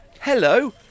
Hello